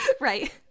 Right